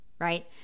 right